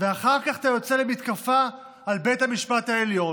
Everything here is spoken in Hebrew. ואחר כך אתה יוצא למתקפה על בית המשפט העליון,